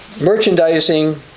merchandising